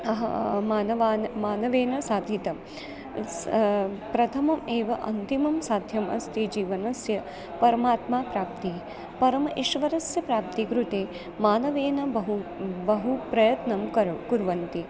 अह मानवान् मानवेन साधितं प्रथमम् एव अन्तिमं साध्यम् अस्ति जीवनस्य परमात्माप्राप्ति परम इश्वरस्य प्राप्ति कृते मानवेन बहु बहु प्रयत्नं कर् कुर्वन्ति